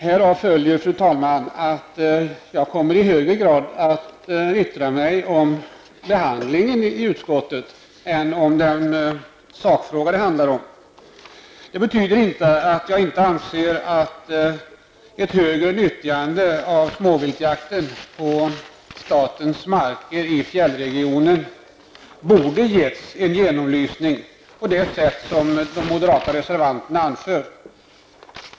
Härav följer att jag kommer att yttra mig i högre grad om behandlingen i utskottet än om den sakfråga som det gäller. Det betyder inte att jag inte anser att ett högre nyttjande av småviltjakten på statens marker i fjällregionen borde ha givits en genomlysning på det sätt som de moderata reservanterna anför.